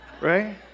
right